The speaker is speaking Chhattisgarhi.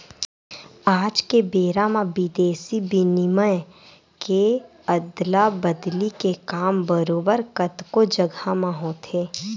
आज के बेरा म बिदेसी बिनिमय के अदला बदली के काम बरोबर कतको जघा म होथे